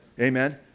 Amen